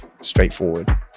straightforward